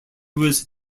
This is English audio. was